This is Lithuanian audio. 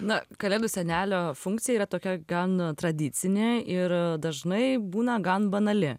na kalėdų senelio funkcija yra tokia gan tradicinė ir dažnai būna gan banali